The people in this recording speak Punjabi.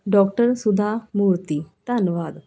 ਡਾਕਟਰ ਸੁਧਾ ਮੂਰਤੀ ਧੰਨਵਾਦ